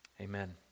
Amen